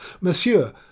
Monsieur